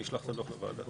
אני אשלח את הדוח לוועדה.